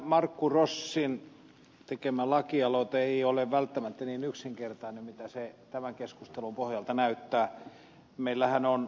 markku rossin tekemä lakialoite ei ole välttämättä niin yksinkertainen kuin miltä se tämän keskustelun pohjalta näyttää